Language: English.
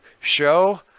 show